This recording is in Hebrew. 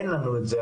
אין לנו את זה,